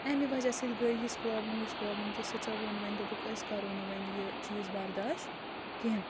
اَمہِ وَجہ سۭتۍ گٔے یِژھ پرٛابلِم یِژھ پرٛابلِم کہِ سٕژو ووٚن وَنہِ دوٚپُکھ أسۍ کَرو نہٕ وَنہِ یہِ چیٖز برداش کیٚنٛہہ